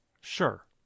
Sure